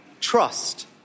Trust